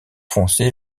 foncé